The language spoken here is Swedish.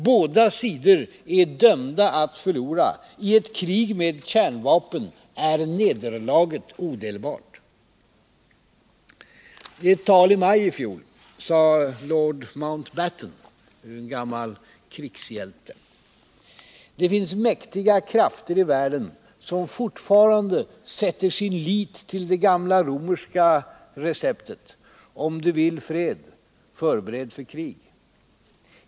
Båda sidor är dömda att förlora. I ett krig med kärnvapen är nederlaget odelbart. I ett tal i maj i fjol sade den gamle krigshjälten lord Mountbatten: ”Det finns mäktiga krafter i världen som fortfarande sätter sin lit till det gamla romerska receptet — om du vill fred, förbered för krig.